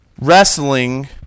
wrestling